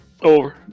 Over